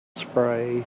spray